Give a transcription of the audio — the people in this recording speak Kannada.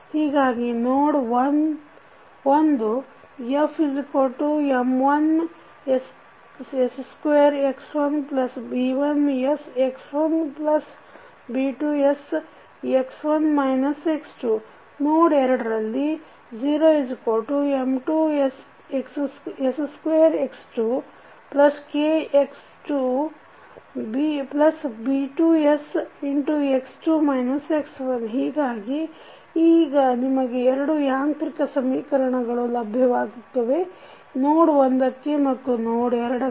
ಹೀಗಾಗಿ ನೋಡ್ 1 FM1s2X1B1sX1B2sX1 X2 ನೋಡ್ 2 ರಲ್ಲಿ 0M2s2X2KX2B2sX2 X1 ಹೀಗಾಗಿ ಈಗ ನಿಮಗೆ 2 ಯಾಂತ್ರಿಕ ಸಮೀಕರಣಗಳು ಲಭ್ಯವಾಗುತ್ತವೆ ನೋಡ್ 1ಕ್ಕೆ ಮತ್ತು ನೋಡ್ 2ಕ್ಕೆ